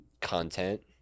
content